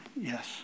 Yes